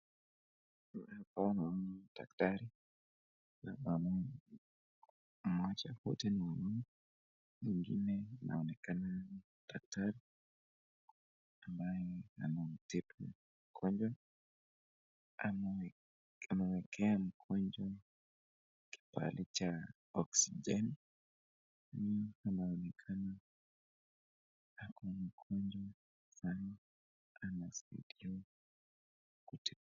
Hapa naona daktari, naona mmoja wote ni wamama wengine naonekana daktari ambaye anamtibu mgonjwa. Amewekea mgonjwa kibali cha oxygen na anaonekana ako mgonjwa sana anasaidiwa.